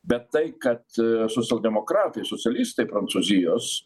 bet tai kad socialdemokratai socialistai prancūzijos